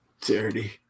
Dirty